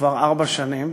כבר ארבע שנים,